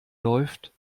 läuft